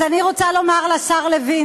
אז אני רוצה לומר לשר לוין,